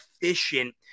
efficient